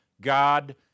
God